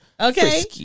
Okay